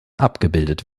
abgebildet